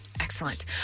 Excellent